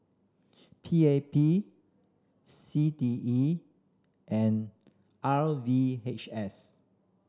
P A P C T E and R V H S